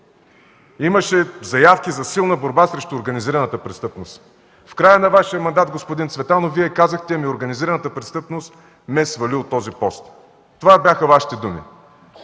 имаше заявки за силна борба срещу организираната престъпност. В края на Вашия мандат, господин Цветанов, Вие казахте: „Организираната престъпност ме свали от този пост”. Това бяха Вашите думи.